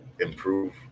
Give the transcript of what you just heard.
improve